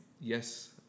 yes